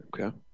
Okay